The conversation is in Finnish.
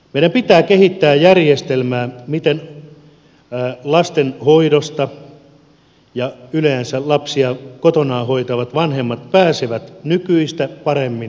meidän pitää kehittää järjestelmää miten yleensä lapsiaan kotonaan hoitavat vanhemmat pääsevät nykyistä paremmin työelämään